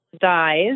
dies